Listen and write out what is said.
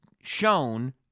shown